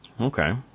Okay